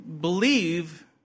Believe